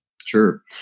Sure